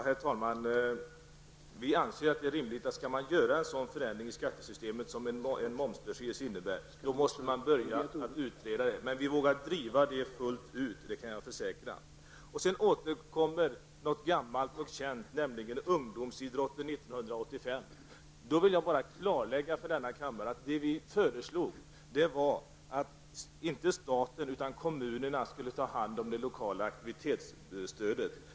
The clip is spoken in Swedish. Herr talman! Vi anser att det är rimligt att om det skall göras en sådan förändring i skattesystemet som en momsbefrielse innebär, måste man börja med en utredning. Men jag kan försäkra att vi vågar driva den utredningen fullt ut. Nu återkommer något gammalt och känt, nämligen ungdomsidrotten 1985. Jag vill klarlägga för kammaren att vi föreslog att kommunerna, inte staten, skulle ta hand om det lokala aktivitetsstödet.